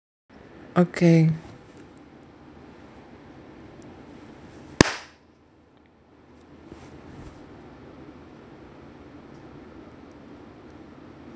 okay